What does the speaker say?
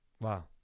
Wow